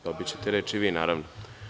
Dobićete reč i vi, naravno.